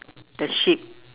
the sheep